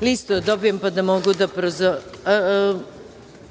Listu da dobijem, pa da mogu da